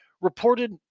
reported